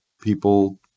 people